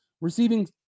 receiving